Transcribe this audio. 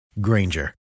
Granger